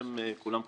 ובשם כולם כמובן.